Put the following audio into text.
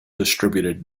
distributed